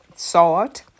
salt